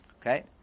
Okay